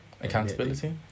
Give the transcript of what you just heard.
accountability